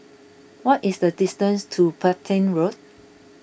what is the distance to Petain Road